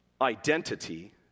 identity